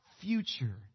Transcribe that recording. future